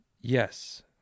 yes